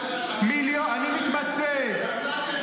יודע, אני לא מתמצא --- לא יודע.